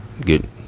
good